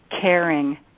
caring